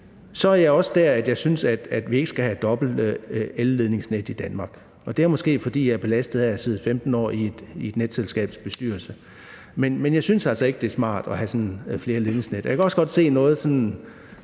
Så er jeg da også der, hvor jeg ikke synes, at vi skal have dobbelt elledningsnet i Danmark. Det er måske, fordi jeg er belastet af at have siddet 15 år i et netselskabs bestyrelse. Men jeg synes altså ikke, det er smart at have flere ledningsnet. Jeg har også set på